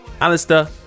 Alistair